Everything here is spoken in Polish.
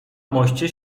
moście